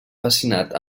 fascinat